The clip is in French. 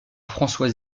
françois